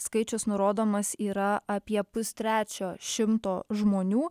skaičius nurodomas yra apie pustrečio šimto žmonių